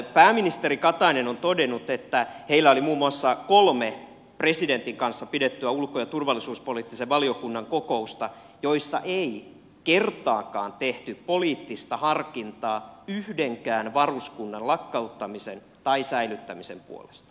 pääministeri katainen on todennut että heillä oli muun muassa kolme presidentin kanssa pidettyä ulko ja turvallisuuspoliittisen valiokunnan kokousta joissa ei kertaakaan tehty poliittista harkintaa yhdenkään varuskunnan lakkauttamisen tai säilyttämisen puolesta